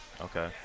Okay